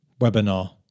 webinar